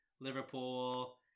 Liverpool